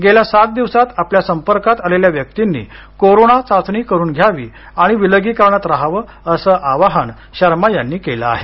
गेल्या सात दिवसात आपल्या संपर्कात आलेल्या व्यक्तींनी कोरोना चाचणी करून घ्यावी आणि विलागीकरणात रहावं असं आवाहन शर्मा यांनी केलं आहे